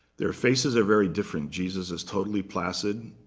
their faces are very different. jesus is totally placid,